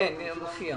שלום, כבוד הרב גפני.